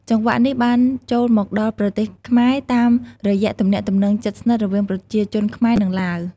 ចង្វាក់នេះបានចូលមកដល់ប្រទេសខ្មែរតាមរយៈទំនាក់ទំនងជិតស្និទ្ធរវាងប្រជាជនខ្មែរ និងឡាវ។